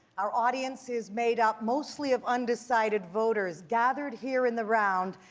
our audience is made up mostly of undecided voters, gathered here in the round,